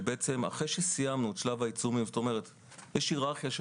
שאחרי שסיימנו את שלב העיצומים כלומר יש היררכיה של